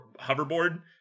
hoverboard